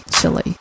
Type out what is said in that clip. chili